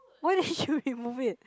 why didn't you remove it